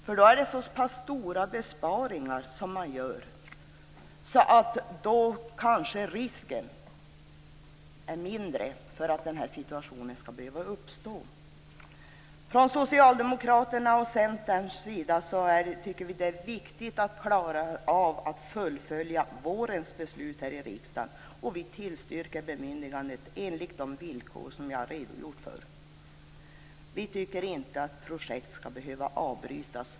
Man gör så stora besparingar att risken för att denna situation skall behöva uppstå förmodligen är mindre. Från socialdemokraternas och centerpartisternas sida tycker vi att det är viktigt att klara av att fullfölja vårens riksdagsbeslut. Vi tillstyrker bemyndigandet enligt de villkor som jag har redogjort för. Vi tycker inte att projekt skall behöva avbrytas.